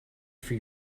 for